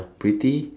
pretty